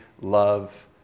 love